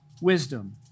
wisdom